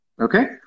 Okay